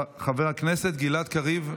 חבר הכנסת גלעד קריב,